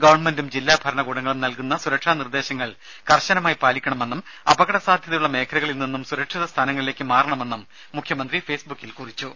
ഗവൺമെന്റും ജില്ലാ ഭരണകൂടവും നൽകുന്ന സുരക്ഷാനിർദ്ദേശങ്ങൾ കർശനമായി പാലിക്കണമെന്നും അപകട സാധ്യതയുള്ള മേഖലകളിൽ നിന്നും സുരക്ഷിത സ്ഥാനങ്ങളിലേയ്ക്ക് മാറണമെന്നും മുഖ്യമന്ത്രി ഫേസ്ബുക്കിൽ പറഞ്ഞു